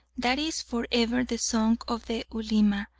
that is for ever the song of the ulema,